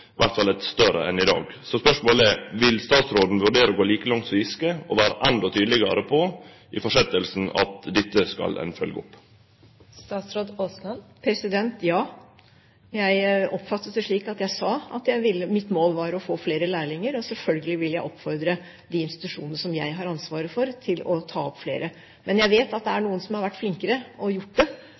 større enn i dag. Så spørsmålet er: Vil statsråden vurdere å gå like langt som Giske, å vere enda tydelegare på i tida som kjem, at dette skal ein følgje opp? Ja, jeg oppfattet det slik at jeg sa at mitt mål er å få flere lærlinger. Selvfølgelig vil jeg oppfordre de institusjonene som jeg har ansvaret for, til å ta opp flere. Men jeg vet at det er noen som har vært flinkere og gjort det,